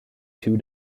two